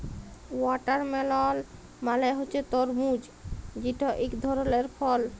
watermelon মালে হছে তরমুজ যেট ইক ধরলের ফল